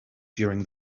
during